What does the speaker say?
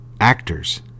actors